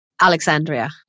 Alexandria